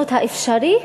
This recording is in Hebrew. האפשרי,